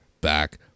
back